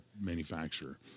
manufacturer